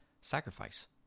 sacrifice